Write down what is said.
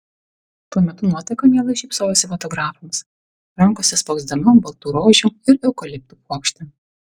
tuo metu nuotaka mielai šypsojosi fotografams rankose spausdama baltų rožių ir eukaliptų puokštę